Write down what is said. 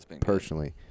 personally